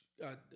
God